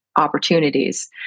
opportunities